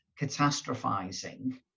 catastrophizing